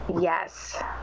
Yes